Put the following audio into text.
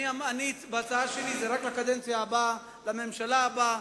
בהצעה שלי זה רק לקדנציה הבאה, לממשלה הבאה,